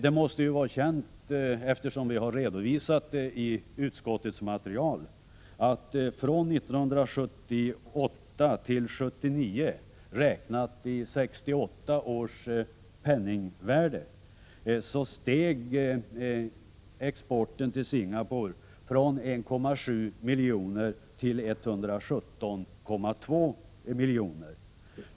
Det måste ju vara bekant, eftersom vi har redovisat det i utskottets material, att från 1968 till 1979 steg exporten till Singapore, räknat i 1968 års penningvärde, från 1,7 milj.kr. till 117,2 milj.kr.